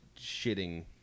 shitting